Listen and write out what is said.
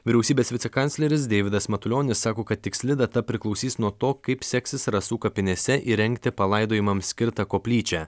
vyriausybės vicekancleris deividas matulionis sako kad tiksli data priklausys nuo to kaip seksis rasų kapinėse įrengti palaidojimams skirtą koplyčią